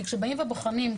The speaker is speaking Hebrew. כי כשבאים ובוחנים,